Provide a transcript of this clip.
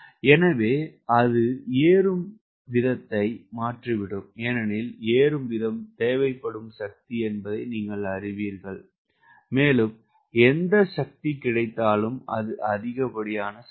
எனவே அது ஏறும் வீதத்தை மாற்றிவிடும் ஏனெனில் ஏறும் வீதம் தேவைப்படும் சக்தி என்பதை நீங்கள் அறிவீர்கள் மேலும் எந்த சக்தி கிடைத்தாலும் இது அதிகப்படியான சக்தி